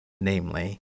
namely